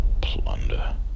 plunder